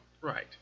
Right